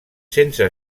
sense